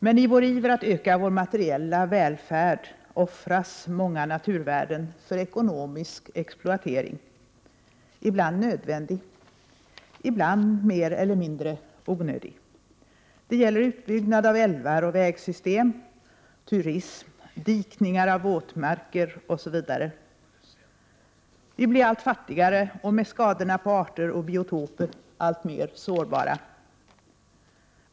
Men i vår iver att öka vår materiella välfärd offras många naturvärden för ekonomisk exploatering, ibland nödvändig, ibland mer eller mindre onödig. Det gäller utbyggnad av älvar och vägsystem, turism, dikning av våtmarker osv. Vi blir allt fattigare och med skadorna på arter och biotoper alltmer sårbara.